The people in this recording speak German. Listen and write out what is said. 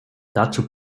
dazu